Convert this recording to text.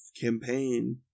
campaign